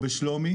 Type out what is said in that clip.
שלומי